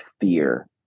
fear